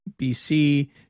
BC